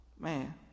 Man